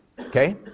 okay